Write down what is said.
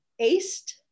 aced